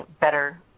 better